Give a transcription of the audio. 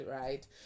right